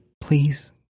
Please